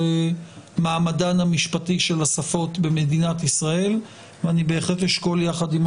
מעמדן המשפטי של השפות במדינת ישראל ואני בהחלט אשקול יחד עם